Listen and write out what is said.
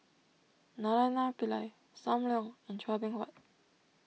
Naraina Pillai Sam Leong and Chua Beng Huat